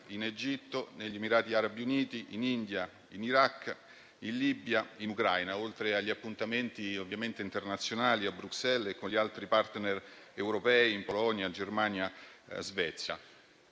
in Egitto, negli Emirati Arabi Uniti, in India, in Iraq, in Libia e in Ucraina, oltre ovviamente agli appuntamenti internazionali a Bruxelles e con gli altri *partner* europei in Polonia, Germania e Svezia.